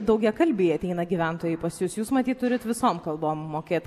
daugiakalbiai ateina gyventojai pas jus jūs matyt turit visom kalbom mokėt